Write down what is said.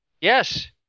Yes